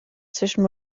zwischen